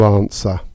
answer